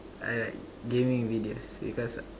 I like gaming videos because